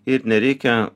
ir nereikia